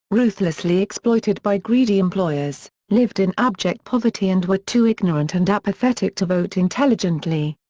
ruthlessly exploited by greedy employers, lived in abject poverty and were too ignorant and apathetic to vote intelligently.